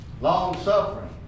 long-suffering